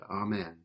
Amen